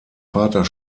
vater